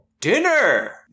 dinner